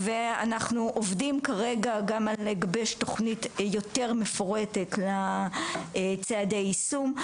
ואנחנו עובדים כרגע גם על לגבש תוכנית יותר מפורטת לצעדי היישום.